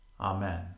Amen